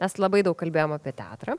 mes labai daug kalbėjom apie teatrą